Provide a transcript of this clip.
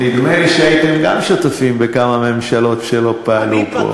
נדמה לי שהייתם גם שותפים בכמה ממשלות שלא פעלו.